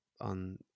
on